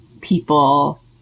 people